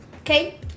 Okay